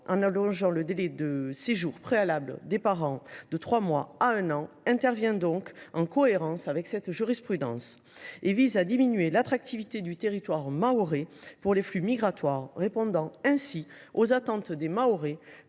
en allongeant le délai de séjour préalable des parents de trois mois à un an, s’inscrit donc dans la continuité de cette jurisprudence. Elle vise à diminuer l’attractivité du territoire mahorais et à limiter les flux migratoires, répondant ainsi aux attentes des Mahorais